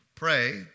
Pray